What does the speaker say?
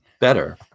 better